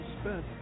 spent